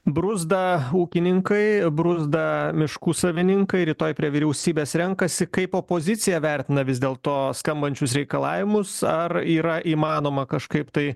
bruzda ūkininkai bruzda miškų savininkai rytoj prie vyriausybės renkasi kaip opozicija vertina vis dėl to skambančius reikalavimus ar yra įmanoma kažkaip tai